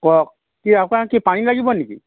কওক কি আকৌ কি পানী লাগিব নেকি